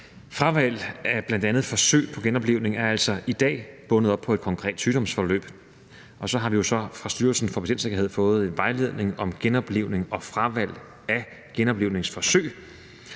Fravalg af bl.a. forsøg på genoplivning er altså i dag bundet op på et konkret sygdomsforløb. Og så har vi jo fra Styrelsen for Patientsikkerhed fået en vejledning om genoplivning og fravalg af genoplivningsforsøg.